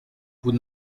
vous